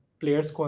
players